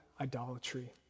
idolatry